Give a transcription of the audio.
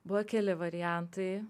buvo keli variantai